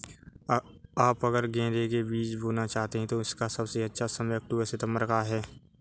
आप अगर गेंदे के बीज बोना चाहते हैं तो इसका सबसे अच्छा समय अक्टूबर सितंबर का है